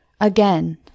Again